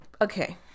okay